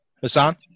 Hassan